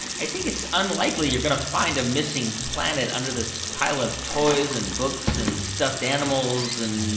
i think it's unlikely you're going to find a missing planet under this pile of toys and books and stuffed animals and.